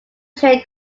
train